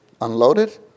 unloaded